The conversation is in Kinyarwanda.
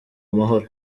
amahoro